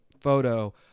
photo